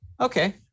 Okay